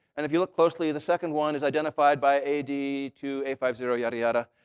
and if you look closely, the second one is identified by a d two a five zero, yadda, yadda.